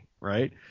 Right